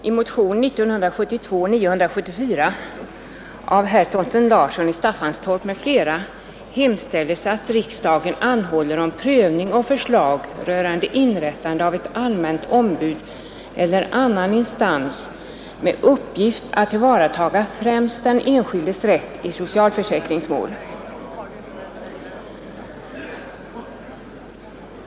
Fru talman! I motionen 974 av herr Thorsten Larsson i Staffanstorp m.fl. hemställes att riksdagen anhåller hos Kungl. Maj:t om prövning och förslag rörande inrättandet av ett allmänt ombud eller annan instans med uppgift att tillvarata främst den enskildes rätt i socialförsäkringsmål.